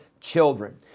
children